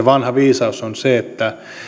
vanha viisaus on se että